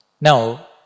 Now